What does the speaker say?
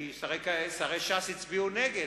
כי שרי ש"ס הצביעו נגד,